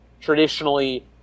traditionally